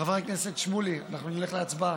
חבר הכנסת שמולי, אנחנו נלך להצבעה?